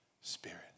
Spirit